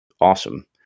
awesome